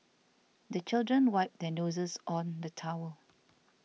the children wipe their noses on the towel